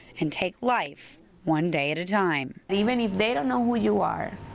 and take life one day at a time. and even if they don't know who you are,